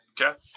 Okay